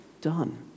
done